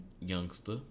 Youngster